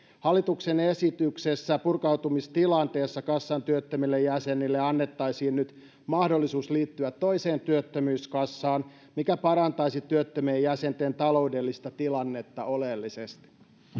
hallituksen esityksessä purkautumistilanteessa kassan työttömille jäsenille annettaisiin nyt mahdollisuus liittyä toiseen työttömyyskassaan mikä parantaisi työttömien jäsenten taloudellista tilannetta oleellisesti